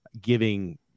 giving